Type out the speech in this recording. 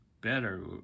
better